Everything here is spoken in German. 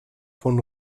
von